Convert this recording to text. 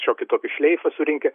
šiokį tokį šleifą surinkę